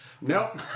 Nope